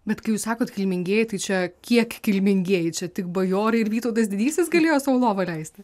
bet kai jūs sakot kilmingieji tai čia kiek kilmingieji čia tik bajorai ir vytautas didysis galėjo sau lovą leisti